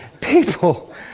people